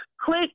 Click